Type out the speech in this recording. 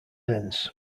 dense